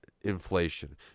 inflation